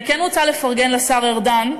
אני כן רוצה לפרגן לשר ארדן.